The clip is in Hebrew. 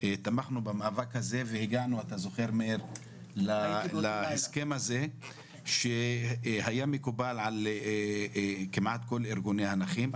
תמכנו במאבק הזה והגענו להסכם הזה שהיה מקובל כמעט על כל ארגוני הנכים.